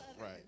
right